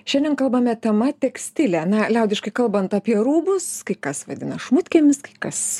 šiandien kalbame tema tekstilė na liaudiškai kalbant apie rūbus kai kas vadina šmutkėmis kai kas